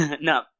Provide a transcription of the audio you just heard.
No